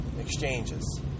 exchanges